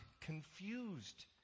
confused